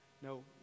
No